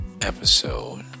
episode